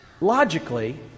logically